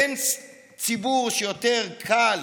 אין ציבור שיותר קל